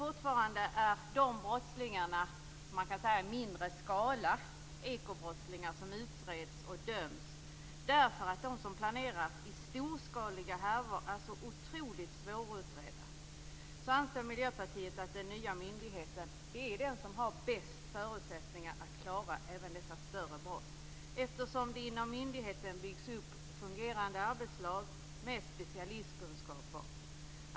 Fortfarande är det ekobrottslingar som i mindre skala utreds och döms, därför att de som planerar i storskaliga härvor är så otroligt svårutredda. Trots detta anser Miljöpartiet att den nya myndigheten är den som har bäst förutsättningar att klara även dessa större brott, eftersom det inom myndigheten byggs upp fungerande arbetslag med specialistkunskaper.